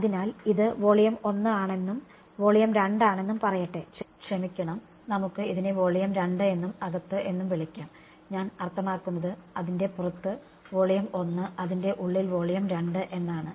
അതിനാൽ ഇത് വോളിയം 1 ആണെന്നും വോളിയം 2 ആണെന്നും പറയട്ടെ ക്ഷമിക്കണം നമുക്ക് ഇതിനെ വോളിയം 2 എന്നും അകത്ത് എന്നും വിളിക്കാം ഞാൻ അർത്ഥമാക്കുന്നത് അതിന്റെ പുറത്തു വോളിയം 1 അതിന്റെ ഉള്ളിൽ വോളിയം 2 എന്നാണ്